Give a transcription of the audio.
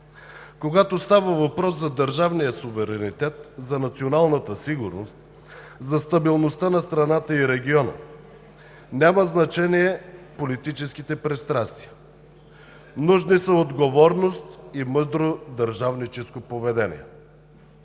Когато става въпрос за държавния суверенитет, за националната сигурност, за стабилността на страната и региона нямат значение политическите пристрастия. Нужни са отговорност и мъдро държавническо поведение.